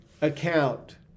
account